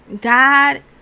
god